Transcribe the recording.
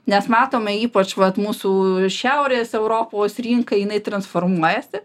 nes matome ypač vat mūsų šiaurės europos rinka jinai transformuojasi